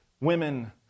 women